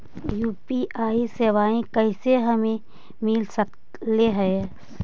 UPI सेवाएं कैसे हमें मिल सकले से?